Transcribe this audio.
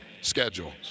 schedule